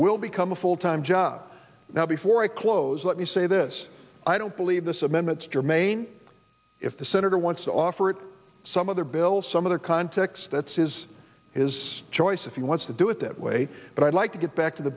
will become a full time job now before i close let me say this i don't believe this amendments germane if the senator once offered some other bill some other context that says his choice if he wants to do it that way but i'd like to get back to the